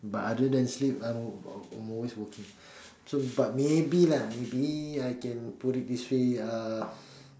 but other than sleep I will I'm always working so but maybe maybe I can put it this way uh